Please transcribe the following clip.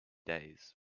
days